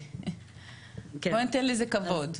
בואי ניתן לזה כבוד.